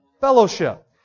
fellowship